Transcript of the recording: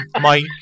Mike